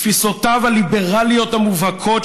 תפיסותיו הליברליות המובהקות,